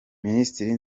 minisitiri